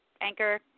anchor